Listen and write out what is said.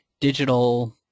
digital